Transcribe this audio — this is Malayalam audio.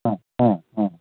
ആ ആ ആ